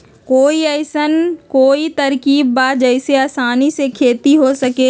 कोई अइसन कोई तरकीब बा जेसे आसानी से खेती हो सके?